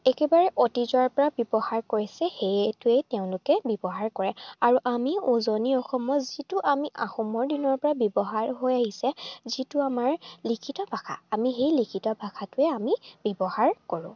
একেবাৰে অতীজৰে পৰা ব্যৱহাৰ কৰিছে সেইটোৱেই তেওঁলোকে ব্যৱহাৰ কৰে আৰু আমি উজনি অসমত যিটো আমি আহোমৰ দিনৰ পৰা ব্যৱহাৰ হৈ আহিছে যিটো আমাৰ লিখিত ভাষা আমি সেই লিখিত ভাষাটোৱে আমি ব্যৱহাৰ কৰোঁ